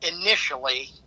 initially